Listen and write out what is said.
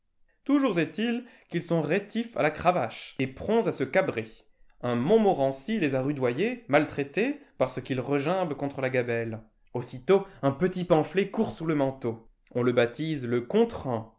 toujours est-il qu'ils sont rétifs à la cravache et prompts à se cabrer un montmorency les a rudoyés maltraités parce qu'ils regimbent contre la gabelle aussitôt un petit pamphlet court sous le manteau on le baptise le